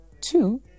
two